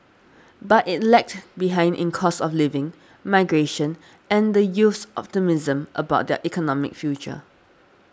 but it lagged behind in cost of living migration and the youth's optimism about their economic future